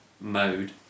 mode